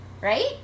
right